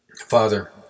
father